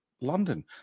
London